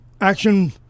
action